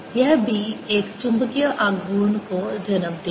यह B एक चुंबकीय आघूर्ण को जन्म देगा